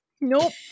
Nope